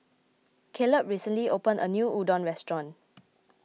Kaleb recently opened a new Udon restaurant